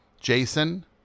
Jason